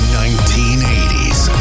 1980s